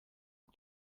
que